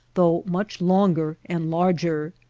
though much longer and larger.